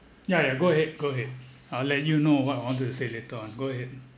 ya ya go ahead go ahead I'll let you know what I wanted to say later on go ahead